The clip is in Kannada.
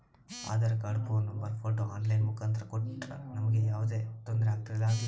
Aadhaar card, phone number, photo online ಮುಖಾಂತ್ರ ಕೊಟ್ರ ನಮಗೆ ಯಾವುದೇ ತೊಂದ್ರೆ ಆಗಲೇನ್ರಿ?